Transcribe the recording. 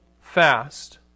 fast